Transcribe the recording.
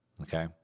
okay